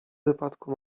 wypadku